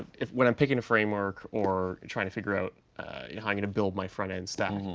when i'm picking a framework or trying to figure out yeah how i'm going to build my front-end stack,